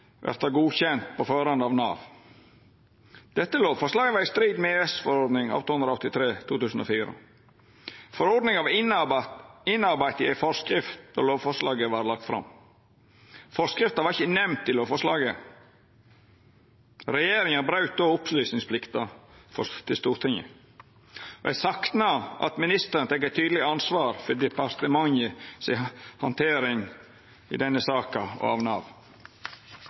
verta godkjent på førehand av Nav. Dette lovforslaget var i strid med EØS-forordning 883/2004. Forordninga var innarbeidd i ei forskrift då lovforslaget vart lagt fram. Forskrifta var ikkje nemnd i lovforslaget. Regjeringa braut då opplysningsplikta overfor Stortinget. Eg saknar at ministeren tek eit tydeleg ansvar for departementet si handtering i denne saka av Nav.